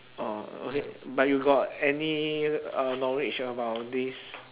oh okay but you got any uh knowledge about this